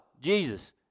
Jesus